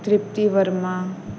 Trupti Verma